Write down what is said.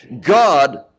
God